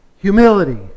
Humility